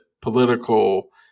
political